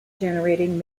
generating